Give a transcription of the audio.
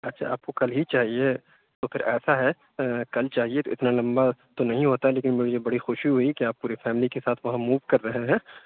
اچھا آپ کو کل ہی چاہیے تو پھر ایسا ہے کل چاہیے تو اتنا لمبا تو نہیں ہوتا لیکن مجھے یہ بڑی خوشی ہوئی کہ آپ پوری فیملی کے ساتھ وہاں موو کر رہے ہیں